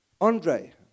Andre